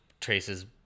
Traces